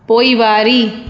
पोइवारी